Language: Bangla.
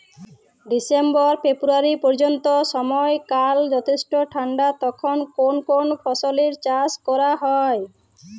ডিসেম্বর ফেব্রুয়ারি পর্যন্ত সময়কাল যথেষ্ট ঠান্ডা তখন কোন কোন ফসলের চাষ করা হয়?